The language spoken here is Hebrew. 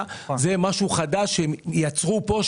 הכנסה; זה משהו חדש שיצרו פה,